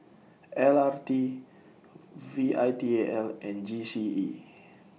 L R T V I T A L and G C E